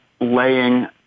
laying